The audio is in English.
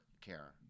care